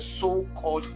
so-called